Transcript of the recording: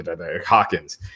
Hawkins